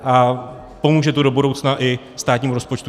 A pomůže to do budoucna i státnímu rozpočtu.